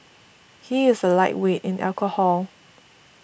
he is a lightweight in alcohol